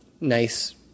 nice